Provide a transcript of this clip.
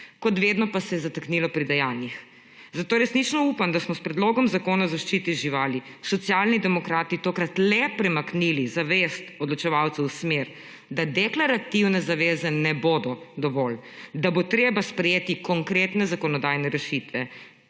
Kot vedno pa se je zataknilo pri dejanjih, zato resnično upam, da smo s predlogom Zakona o zaščiti živali Socialni demokrati tokrat le premaknili zavest odločevalcev v smer, da deklarativne zaveze ne bodo dovolj. Da bo treba sprejeti konkretne zakonodajne rešitve.